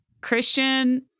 Christian